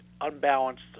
unbalanced